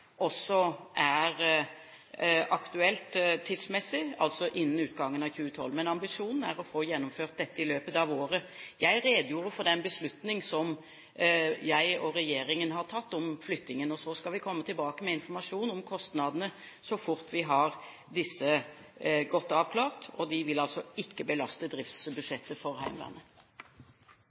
er aktuelt tidsmessig, altså innen utgangen av 2012. Men ambisjonen er å få gjennomført dette i løpet av året. Jeg redegjorde for den beslutning som jeg og regjeringen har tatt om flyttingen. Så skal vi komme tilbake med informasjon om kostnadene så fort vi har disse godt avklart, og de vil altså ikke belaste driftsbudsjettet for Heimevernet.